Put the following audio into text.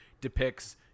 depicts